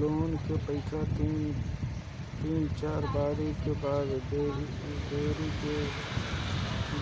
loan के पईसा तीन चार बारी के बाद देरी से